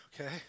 okay